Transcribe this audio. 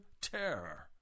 terror